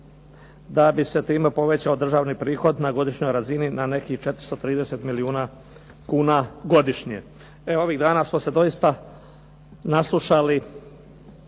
da bi se time povećao državni prihod na godišnjoj razini na nekih 430 milijuna kuna godišnje. E ovih dana smo se doista naslušali